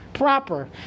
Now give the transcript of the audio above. proper